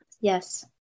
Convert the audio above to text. Yes